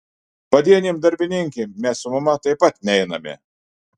padienėm darbininkėm mes su mama taip pat neiname